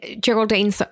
Geraldine